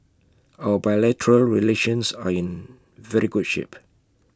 our relations are in very good shape